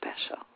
special